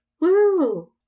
Woo